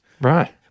Right